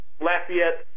Lafayette